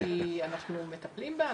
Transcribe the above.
אנחנו מטפלים בה,